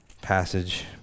passage